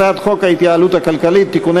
הצעת חוק ההתייעלות הכלכלית (תיקוני